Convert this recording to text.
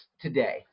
today